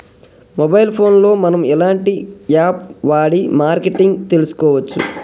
Mobile phone లో మనం ఎలాంటి యాప్ వాడి మార్కెటింగ్ తెలుసుకోవచ్చు?